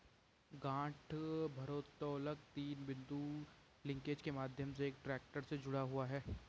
गांठ भारोत्तोलक तीन बिंदु लिंकेज के माध्यम से एक ट्रैक्टर से जुड़ा हुआ है